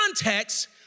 context